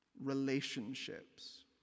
relationships